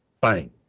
bang